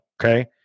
Okay